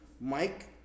Mike